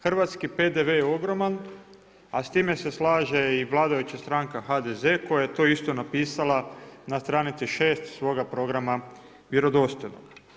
Hrvatski PDV je ogroman, a s time se slaže i vladajuća stranka HDZ koja je to isto napisala na stranici 6 svoga programa „Vjerodostojno“